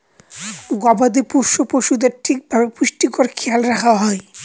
গবাদি পোষ্য পশুদের ঠিক ভাবে পুষ্টির খেয়াল রাখা হয়